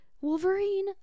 Wolverine